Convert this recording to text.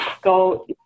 Go